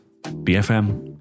BFM